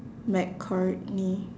mccartney